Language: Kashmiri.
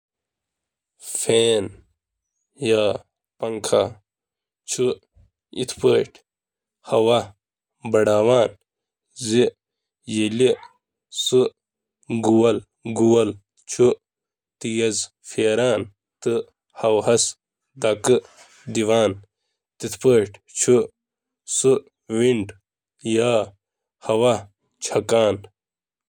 اکھ پرستار چھُ گردش کرن وٲلۍ بلیڈ سۭتۍ ہوا پٲدٕ کران یِم أنٛدۍ پٔکھۍ کٮ۪و علاقو پٮ۪ٹھ ہوہَس منٛز کڑان چھِ تہٕ اتھ چھِ أکِس مخصوٗص طرفہٕ زبردستی کران۔